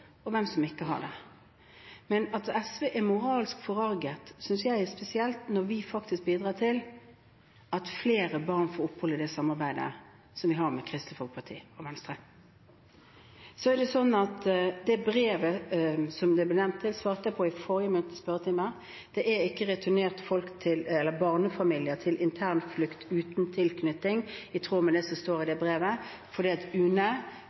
og hvem som ikke har det. At SV er moralsk forarget, synes jeg er spesielt, når vi faktisk bidrar til at flere barn får opphold, med det samarbeidet som vi har med Kristelig Folkeparti og Venstre. Når det gjelder det brevet som ble nevnt, svarte jeg på det i den forrige muntlige spørretimen jeg var her. Det er ikke returnert barnefamilier til internflukt uten tilknytning, i tråd med det som står i det brevet, fordi UNE